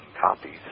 copies